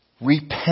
repent